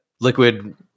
Liquid